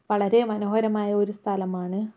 വളരെ മനോഹരമായ ഒരു സ്ഥലമാണ്